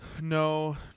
No